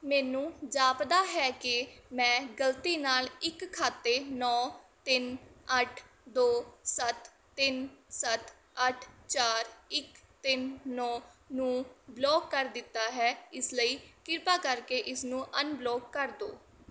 ਮੈਨੂੰ ਜਾਪਦਾ ਹੈ ਕਿ ਮੈਂ ਗਲਤੀ ਨਾਲ ਇੱਕ ਖਾਤੇ ਨੌ ਤਿੰਨ ਅੱਠ ਦੋ ਸੱਤ ਤਿੰਨ ਸੱਤ ਅੱਠ ਚਾਰ ਇੱਕ ਤਿੰਨ ਨੌ ਨੂੰ ਬਲੌਕ ਕਰ ਦਿੱਤਾ ਹੈ ਇਸ ਲਈ ਕਿਰਪਾ ਕਰਕੇ ਇਸਨੂੰ ਅਨਬਲੌਕ ਕਰ ਦਿਓ